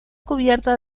cubierta